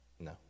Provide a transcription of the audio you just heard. No